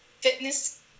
fitness